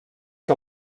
que